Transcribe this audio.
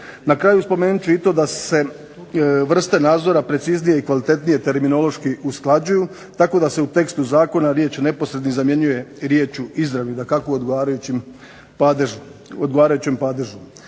Na kraju spomenut ću i to da se vrste nadzora preciznije i kvalitetnije terminološki usklađuju, tako da se u tekstu zakona riječ neposredni zamjenjuje riječju izravni, dakako odgovarajućim padežom,